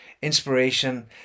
inspiration